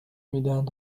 میدهند